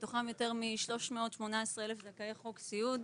מתוכם יותר מ-318 אלף זכאי חוק סיעוד.